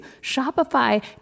Shopify